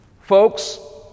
Folks